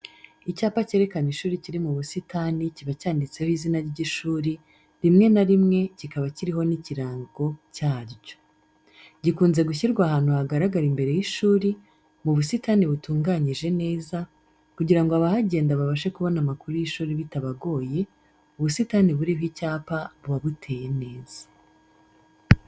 Icyapa cyerekana ishuri kiri mu busitani kiba cyanditseho izina ry'ishuri, rimwe na rimwe kikaba kiriho n'ikirango cyaryo. Gikunze gushyirwa ahantu hagaragara imbere y’ishuri, mu busitani butunganyije neza, kugira ngo abahagenda babashe kubona amakuru y’ishuri bitabagoye, Ubusitani buriho icyapa buba buteye neza.